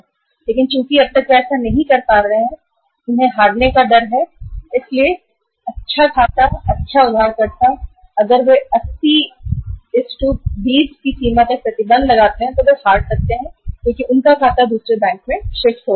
लेकिन क्योंकि वह ऐसा नहीं कर रहे हैं तो क्या हो रहा है एक अच्छा खाता और एक अच्छे उधारकर्ता को खोने के डर से यदि वे इस 8020 का प्रतिबंध लगाते हैं तो हो सकता है वे एक अच्छा खाता खो दें क्योंकि फर्म दूसरे बैंक में जा सकती है